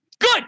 Good